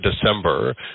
December